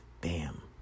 bam